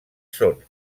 són